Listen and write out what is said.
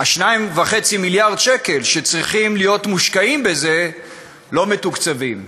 2.5 מיליארד שקל שצריכים להיות מושקעים בזה לא מתוקצבים?